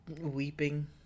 Weeping